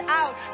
out